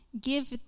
Give